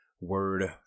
word